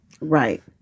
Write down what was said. Right